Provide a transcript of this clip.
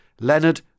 Leonard